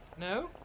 No